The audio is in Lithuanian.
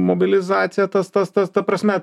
mobilizaciją tas tas tas ta prasme